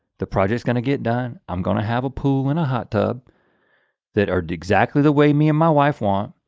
the project is going to get done, i'm going to have a pool and a hot tub that are exactly the way me and my wife want.